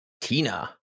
Tina